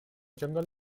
jungle